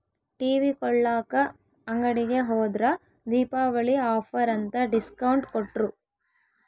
TV ಕೊಳ್ಳಾಕ ಅಂಗಡಿಗೆ ಹೋದ್ರ ದೀಪಾವಳಿ ಆಫರ್ ಅಂತ ಡಿಸ್ಕೌಂಟ್ ಕೊಟ್ರು